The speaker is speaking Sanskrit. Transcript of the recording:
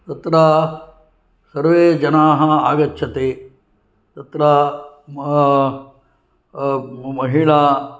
तत्र सर्वे जनाः आगच्छन्ति तत्र महिला